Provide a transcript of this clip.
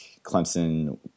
Clemson